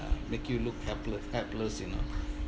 uh make you look helpless helpless you know